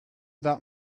that